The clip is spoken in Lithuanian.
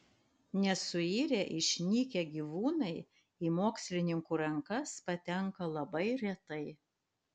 nesuirę išnykę gyvūnai į mokslininkų rankas patenka labai retai